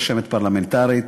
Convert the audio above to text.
רשמת פרלמנטרית,